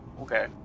Okay